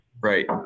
Right